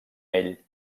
ell